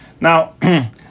Now